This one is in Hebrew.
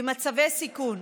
במצבי סיכון,